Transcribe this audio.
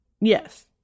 yes